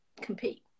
compete